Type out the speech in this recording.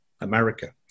America